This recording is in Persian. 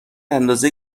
اندازه